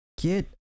Get